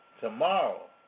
tomorrow